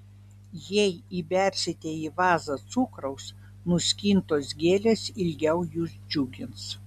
jei įbersite į vazą cukraus nuskintos gėlės ilgiau jus džiugins